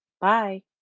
Bye